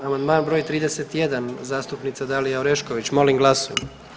Amandman br. 31. zastupnica Dalija Orešković, molim glasujmo.